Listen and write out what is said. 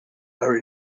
are